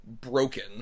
broken